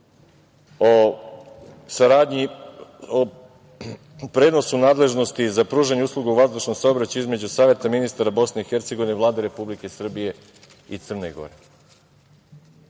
Sporazum o prenosu nadležnosti za pružanje usluga u vazdušnom saobraćaju između Saveta ministara Bosne i Hercegovine, Vlade Republike Srbije i Crne Gore.